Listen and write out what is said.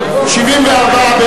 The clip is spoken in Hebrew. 78?